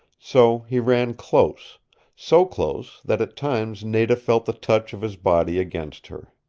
so he ran close so close that at times nada felt the touch of his body against her.